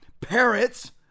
parrots